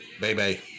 Baby